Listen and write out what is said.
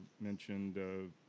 mentioned